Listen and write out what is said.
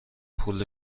پول